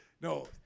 No